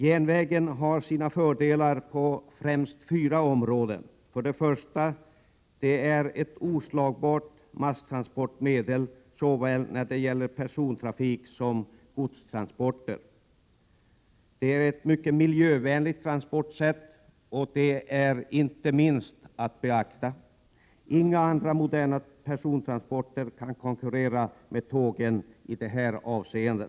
Järnvägen har sina fördelar på främst fyra områden: — Järnvägen är ett oslagbart masstransportmedel såväl när det gäller persontrafik som när det gäller godstransporter. — Järnvägen är ett mycket miljövänligt transportsätt, vilket är inte minst viktigt. Inga andra moderna persontransporter kan konkurrera med tågen i detta avseende.